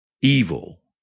evil